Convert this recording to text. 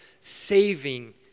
saving